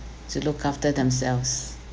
to look after themselves